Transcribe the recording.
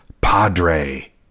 Padre